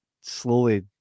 slowly